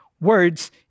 words